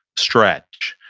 stretch.